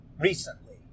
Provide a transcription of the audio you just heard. recently